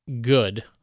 good